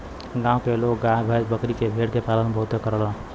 गांव के लोग गाय भैस, बकरी भेड़ के पालन बहुते करलन